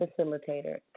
facilitator